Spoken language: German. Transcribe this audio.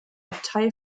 abtei